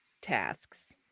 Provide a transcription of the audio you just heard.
tasks